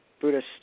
Buddhist